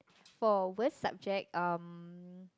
for worst subject um